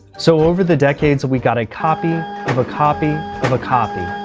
so over the decades we got a copy of a copy of a copy.